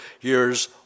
years